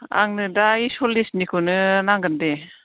आंनो दा सललिसनिखौनो नांगोन दे